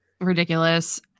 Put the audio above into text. ridiculous